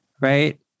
right